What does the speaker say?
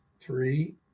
Three